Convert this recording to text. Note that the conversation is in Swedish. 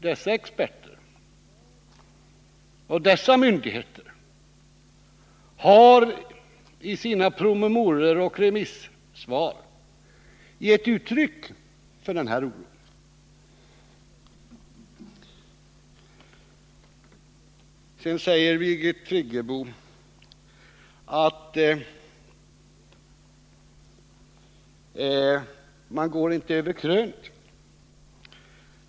Dessa experter och dessa myndigheter har i sina promemorior och remissvar gett uttryck för den här oron. Sedan säger Birgit Friggebo att man inte går över krönet.